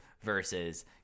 versus